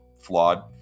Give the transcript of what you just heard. flawed